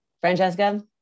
Francesca